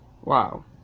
Wow